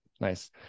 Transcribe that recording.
Nice